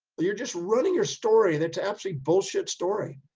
but you're just running your story. that's absolutely bullshit story.